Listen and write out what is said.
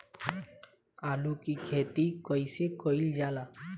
आलू की खेती कइसे कइल जाला?